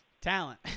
Talent